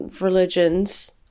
religions